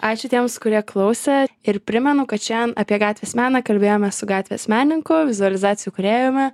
ačiū tiems kurie klausė ir primenu kad šiandien apie gatvės meną kalbėjomės su gatvės meninink vizualizacijų kūrėjumi